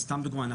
סתם דוגמה,